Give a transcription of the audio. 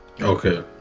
okay